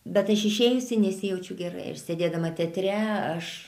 bet aš išėjusi nesijaučiu gerai sėdėdama teatre aš